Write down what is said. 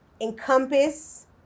encompass